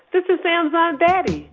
this is sam's aunt betty.